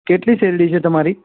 કેટલી શેરડી છે તમારી